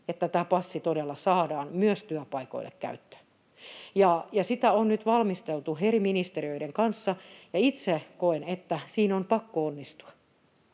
että tämä passi todella saadaan myös työpaikoille käyttöön. Sitä on nyt valmisteltu eri ministeriöiden kanssa, ja itse koen, että siinä on pakko onnistua,